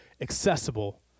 accessible